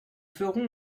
ferons